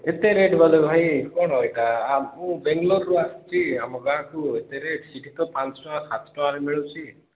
ଏତେ ରେଟ୍ କଲେ ଭାଇ କ'ଣ ଏକା ଆ ମୁଁ ବାଙ୍ଗଲୋର୍ରୁ ଆସିଛି ଆମ ଗାଁକୁ ଏତେ ରେଟ୍ ସେଠି ତ ପାଞ୍ଚ ଟଙ୍କା ସାତ ଟଙ୍କାରେ ମିଳୁଛି